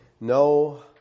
No